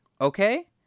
Okay